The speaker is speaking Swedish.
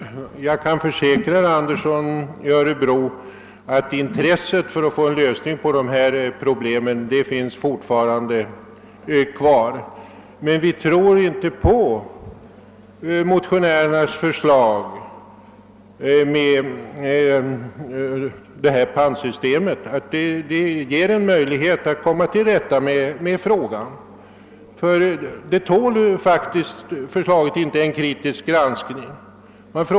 Herr talman! Jag kan försäkra herr Andersson i Örebro att intresset för att få en lösning på dessa problem fortfarande finns kvar. Men vi tror inte att det av motionärerna föreslagna pantsystemet ger oss möjlighet att komma till rätta med problemet. Förslaget tål faktiskt inte en kritisk granskning.